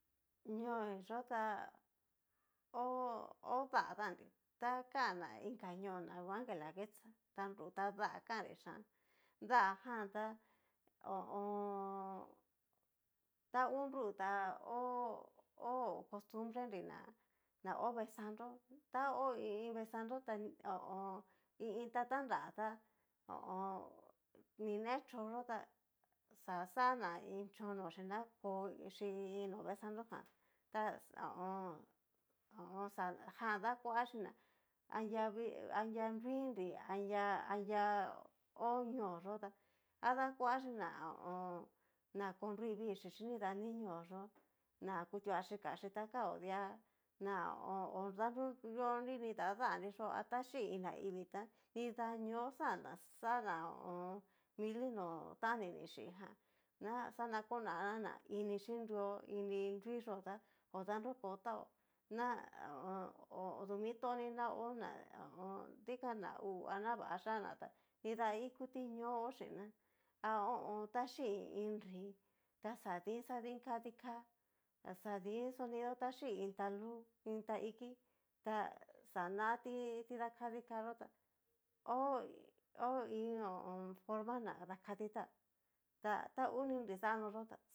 Ñooí yó ta ho ho datan nri, ta kan'na inka ñoo na nguan guelaguetza, ta nru ta dá kanri xian, dájan tá ho o on. ta ngu nru ta ho ho costubrerína ho vee sandro ta ho iin vexandro ta i iin tatanra tá ho o on. ni ne chón yó tá, xaxana iin chon noxi na koxhi i iin no veesanto jan ta xa ho o on xa jan dakuachí na anria vi anria nruinri aña aña ho ñoo yó tá adakuachí na ho o on. na konrui viixhi chin nida ni nrui ñoo yó na kutuachí kanchí ta kao di'a na ho o on. odanruñonri nida danriyó, ta chii iin naivi ta nida ñoo xan na xana mili no tán ni nixhijan, naxana konana na ini xhinrio ini nruiyó tá hodanroko táo na odu mitoniná hó na ho o on. dikan na hú a na váyana tá nrida ikuti ñoo hó chin'na ha ho o on. taxí i iin nrí, ta xadin xadin kadi ká ta xa din sonido tá chíi iin ta lú in taiki ta xana ti dakadi ká yó ta ho in ho o on. forma na dakadita ta tangu ni nrixanó yo tá.